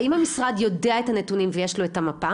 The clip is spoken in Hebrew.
האם המשרד יודע את הנתונים ויש לו את המפה?